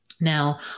Now